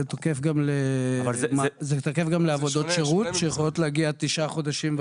זה תקף גם לעבודות שירות שיכולות להגיע עד תשעה חודשים?